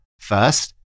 First